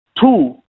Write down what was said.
Two